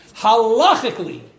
Halachically